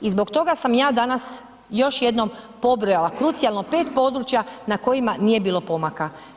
I zbog toga sam ja danas još jednom pobrojala krucijalno pet područja na kojima nije bilo pomaka.